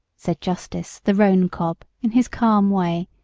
said justice, the roan cob, in his calm way,